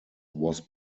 was